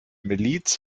miliz